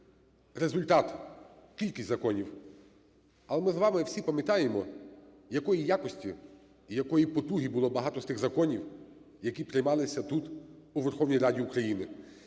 результат, кількість законів. Але ми з вами всі пам'ятаємо, якої якості і якої потуги було багато з тих законів, які приймалися тут, у Верховній Раді України,